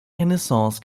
renaissance